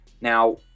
Now